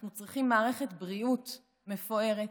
אנחנו צריכים מערכת בריאות מפוארת,